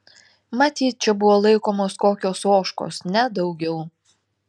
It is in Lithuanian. matyt čia buvo laikomos kokios ožkos nedaugiau